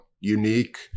unique